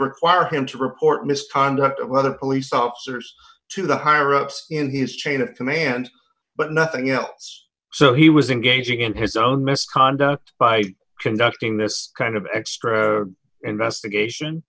require him to report misconduct whether police officers to the higher ups in his chain of command but nothing else so he was engaging in his own misconduct by conducting this kind of extra investigation